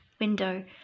window